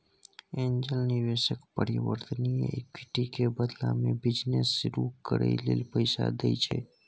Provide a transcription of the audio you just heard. angel निवेशक परिवर्तनीय equity के बदला में बिजनेस शुरू करइ लेल पैसा दइ छै